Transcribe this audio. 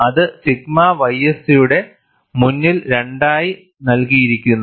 അത് sigma ys യുടെ മൂന്നിൽ രണ്ടായി നൽകിയിരിക്കുന്നു